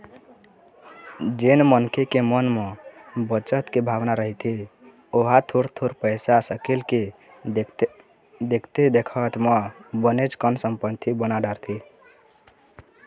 जेन मनखे के मन म बचत के भावना रहिथे ओहा थोर थोर पइसा सकेल के देखथे देखत म बनेच कन संपत्ति बना डारथे